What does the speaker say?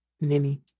Nini